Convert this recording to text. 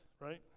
right